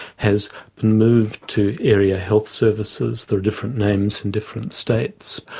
has moved to area health services, though different names in different states,